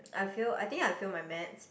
I fail I think I fail my Maths